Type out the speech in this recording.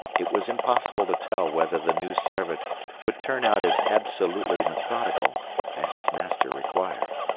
it was impossible to tell whether the new servant would turn out as absolutely methodical as his master required